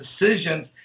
decisions